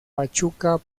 pachuca